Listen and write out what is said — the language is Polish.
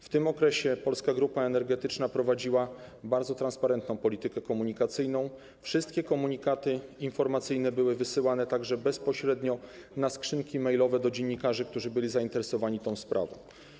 W tym okresie Polska Grupa Energetyczna prowadziła bardzo transparentną politykę komunikacyjną, wszystkie komunikaty informacyjne były wysyłane także bezpośrednio na skrzynki mailowe do dziennikarzy, którzy byli zainteresowani tą sprawą.